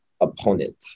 opponent